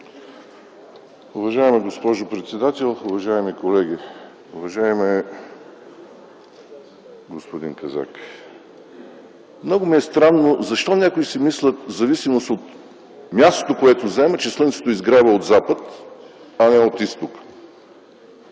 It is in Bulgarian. Уважаема госпожо председател, уважаеми колеги! Уважаеми господин Казак, много ми е странно защо някои си мислят в зависимост от мястото, което заемат, че слънцето изгрява от запад, а не от изток?